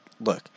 look